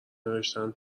نوشتن